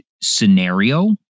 scenario